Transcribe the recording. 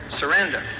surrender